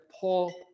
Paul